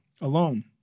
alone